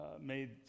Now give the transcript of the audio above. made